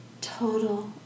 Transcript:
total